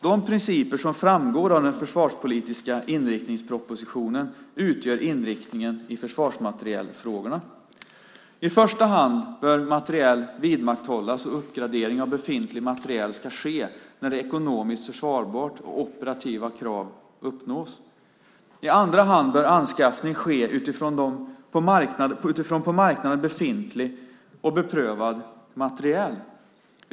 De principer som framgår av den försvarspolitiska inriktningspropositionen utgör inriktningen i försvarsmaterielfrågorna. I första hand bör materiel vidmakthållas, och uppgradering av befintlig materiel ska ske när det är ekonomiskt försvarbart och operativa krav uppnås. I andra hand bör anskaffning ske utifrån på marknaden befintlig och beprövad materiel.